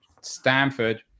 stanford